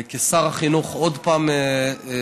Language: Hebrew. כשר החינוך, לומר עוד פעם: